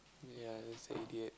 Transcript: ya that's the idiot